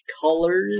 colors